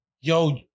yo